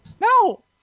no